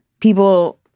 people